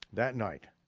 that night,